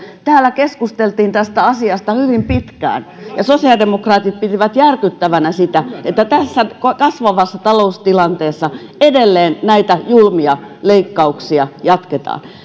täällä keskusteltiin tästä asiasta hyvin pitkään ja sosiaalidemokraatit pitivät järkyttävänä sitä että tässä kasvavassa taloustilanteessa edelleen näitä julmia leikkauksia jatketaan